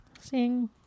Sing